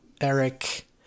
Eric